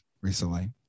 recently